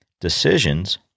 decisions